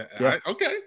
okay